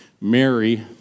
Mary